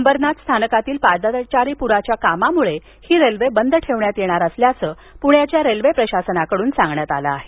अंबरनाथ स्थानकातील पादचारी पुलाच्या कामामुळे ही रेल्वे बंद ठेवणार असल्याचं प्ण्याच्या रेल्वे प्रशासनाकडून सांगण्यात आलं आहे